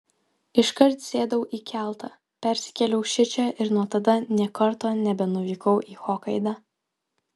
iškart sėdau į keltą persikėliau šičia ir nuo tada nė karto nebenuvykau į hokaidą